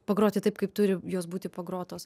pagroti taip kaip turi jos būti pagrotos